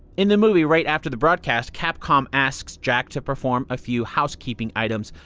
in the movie right after the broadcast, capcom asks jack to perform a few housekeeping items.